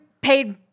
paid